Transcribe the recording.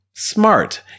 Smart